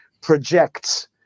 projects